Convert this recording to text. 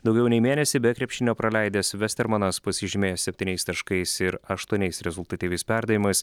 daugiau nei mėnesį be krepšinio praleidęs vestermanas pasižymėjo septyniais taškais ir aštuoniais rezultatyviais perdavimais